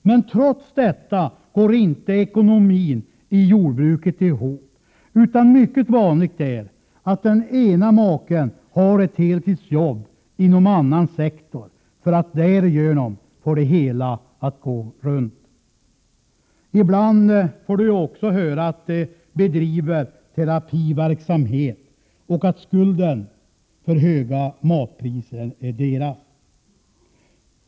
Trots detta går inte ekonomin i jordbruket ihop. Det är mycket vanligt att den ena maken har ett heltidsjobb inom någon annan sektor för att därigenom få det hela att gå runt. Ibland får de också höra att de bedriver terapiverksamhet och att de bär skulden för de höga matpriserna.